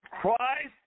Christ